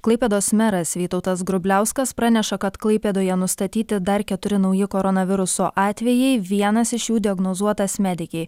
klaipėdos meras vytautas grubliauskas praneša kad klaipėdoje nustatyti dar keturi nauji koronaviruso atvejai vienas iš jų diagnozuotas medikei